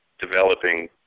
developing